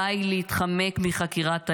די להתחמק מחקירת האמת.